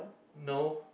no